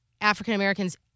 African-Americans